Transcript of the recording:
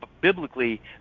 biblically